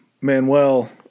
Manuel